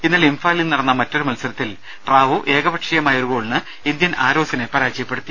ഇന്നലെ ഇംഫാലിൽ നടന്ന മറ്റൊരു മത്സരത്തിൽ ട്രാവു ഏകപക്ഷീയമായ ഒരു ഗോളിന് ഇന്ത്യൻ ആരോസിനെ പരാജയപ്പെടുത്തി